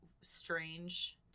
strange